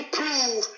prove